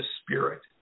Spirit